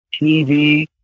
TV